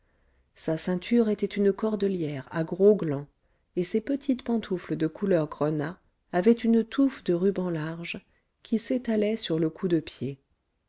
sa ceinture était une cordelière à gros glands et ses petites pantoufles de couleur grenat avaient une touffe de rubans larges qui s'étalait sur le cou-de-pied